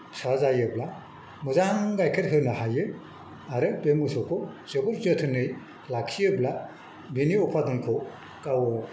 फिसा जायोब्ला मोजां गाइखेर होनो हायो आरो बे मोसौखौ जोबोद जोथोनै लाखियोब्ला बिनि उपादानखौ गाव